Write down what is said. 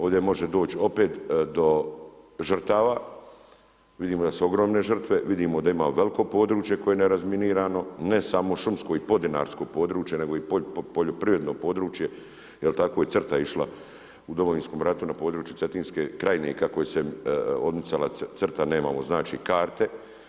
Ovdje može doći, opet do žrtava, vidimo da su ogromne žrtve, vidimo da imamo veliko područje koje je nerazminirano, ne samo šumsko i po dinarsko područje, nego i poljoprivredno područje, jer tako je crta išla u Domovinskom ratu, na području Cetinske krajnje, kako se odmicala crta, nemamo karte.